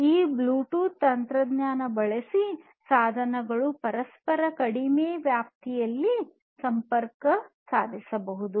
ಈ ಬ್ಲೂಟೂತ್ ತಂತ್ರಜ್ಞಾನ ಬಳಸಿ ಸಾಧನಗಳು ಪರಸ್ಪರ ಕಡಿಮೆ ವ್ಯಾಪ್ತಿಯಲ್ಲಿ ಸಂಪರ್ಕ ಸಾಧಿಸಬಹುದು